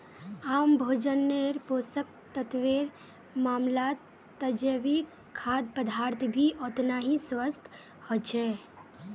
आम भोजन्नेर पोषक तत्वेर मामलाततजैविक खाद्य पदार्थ भी ओतना ही स्वस्थ ह छे